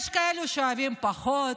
ויש כאלה שאוהבים פחות